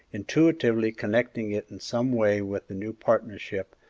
intuitively connecting it in some way with the new partnership,